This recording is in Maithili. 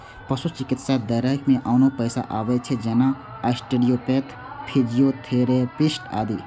पशु चिकित्साक दायरा मे आनो पेशा आबै छै, जेना आस्टियोपैथ, फिजियोथेरेपिस्ट आदि